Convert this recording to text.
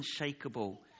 unshakable